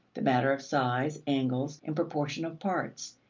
the matter of size, angles, and proportion of parts,